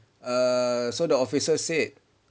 err so the officer said